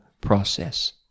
process